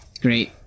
great